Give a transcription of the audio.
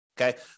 Okay